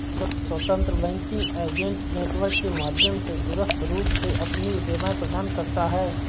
स्वतंत्र banking agent network के माध्यम से दूरस्थ रूप से अपनी सेवाएं प्रदान करता है